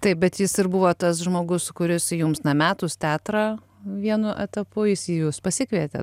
taip bet jis ir buvo tas žmogus kuris jums na metus teatrą vienu etapu jis jus pasikvietė